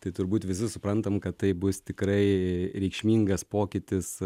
tai turbūt visi suprantam kad tai bus tikrai reikšmingas pokytis